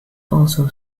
also